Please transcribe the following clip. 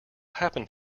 happen